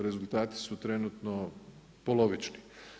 Rezultati su trenutno polovični.